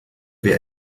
wir